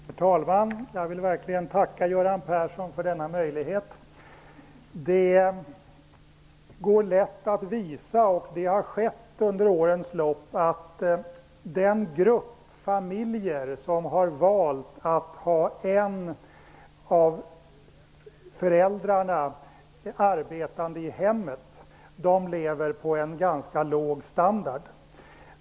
Herr talman! Jag vill verkligen tacka Göran Persson för denna möjlighet. Det går lätt att visa, och det har gjorts under årens lopp, att den grupp av familjer som har valt att ha en av föräldrarna arbetande i hemmet lever på en ganska låg standard.